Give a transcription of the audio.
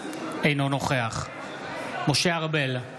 אינו נוכח משה ארבל,